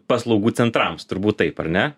paslaugų centrams turbūt taip ar ne